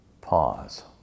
Pause